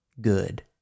good